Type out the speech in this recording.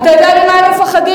אתה יודע ממה הם מפחדים?